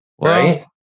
Right